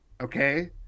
Okay